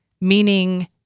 meaning